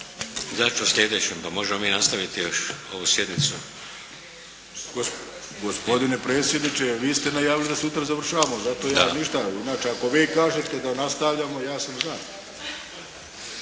Zašto slijedećem? Pa možemo mi nastaviti još ovu sjednicu. **Arlović, Mato (SDP)** Gospodine predsjedniče, vi ste najavili da sutra završavamo, zato ja ništa. Inače, ako vi kažete da nastavljamo ja sam za.